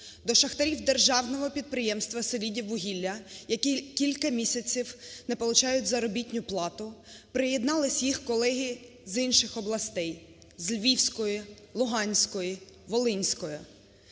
До шахтарів державного підприємства "Селідіввугілля", які кілька місяців не получають заробітну плату, приєдналися їх колеги з інших областей: з Львівської, Луганської, Волинської.